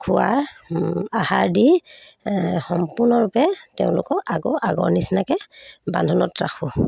খোৱাৰ আহাৰ দি সম্পূৰ্ণৰূপে তেওঁলোকক আগ আগৰ নিচিনাকৈ বান্ধোনত ৰাখোঁ